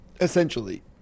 essentially